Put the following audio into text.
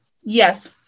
yes